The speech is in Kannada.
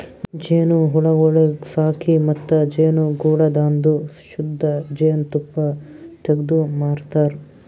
ಜೇನುಹುಳಗೊಳಿಗ್ ಸಾಕಿ ಮತ್ತ ಜೇನುಗೂಡದಾಂದು ಶುದ್ಧ ಜೇನ್ ತುಪ್ಪ ತೆಗ್ದು ಮಾರತಾರ್